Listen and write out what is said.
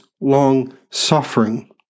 long-suffering